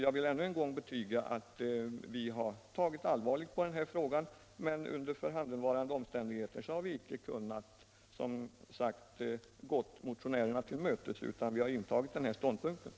Jag vill ännu en gång betyga att utskouet har tagit allvarligt på frågan, men under förhandenvarande' omständigheter har vi som sagt inte kunnat gå motionärerna till mötes. den det ej vill röstar nej.